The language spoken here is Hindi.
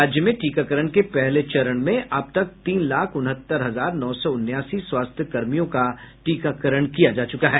राज्य में टीकाकरण के पहले चरण में अब तक तीन लाख उनहत्तर हजार नौ सौ उन्यासी स्वास्थ्य कर्मचारियों का टीकाकरण किया जा चुका है